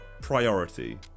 priority